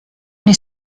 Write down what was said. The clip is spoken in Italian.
nei